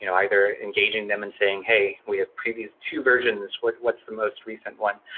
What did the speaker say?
you know either engaging them and saying, hey, we have previous two versions. what's what's the most recent one?